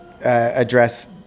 address